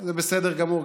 זה בסדר גמור.